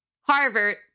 Harvard